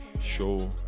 show